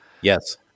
Yes